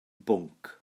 bwnc